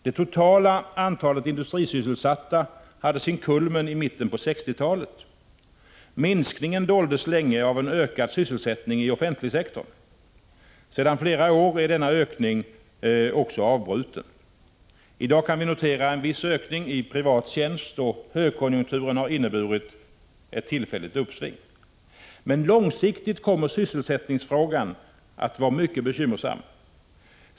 Det totala antalet industrisysselsatta nådde sin kulmen i mitten på 1960-talet. Minskningarna doldes länge av en ökad sysselsättning i offentligsektorn. Sedan flera år är denna ökning också — Prot. 1985/86:118 avbruten. I dag kan vi notera en viss ökning i privat tjänst, och högkonjunk 16 april 1986 turen har inneburit ett tillfälligt uppsving. Men långsiktigt kommer syssel ———H-H sättningsfrågan att vara mycket bekymmersam.